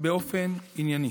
באופן ענייני.